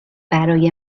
برای